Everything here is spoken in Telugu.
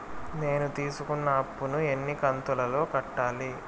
నేను తీసుకున్న అప్పు ను ఎన్ని కంతులలో కట్టాలి?